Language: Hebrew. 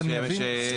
שאני אבין.